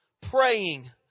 Praying